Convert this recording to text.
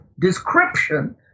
description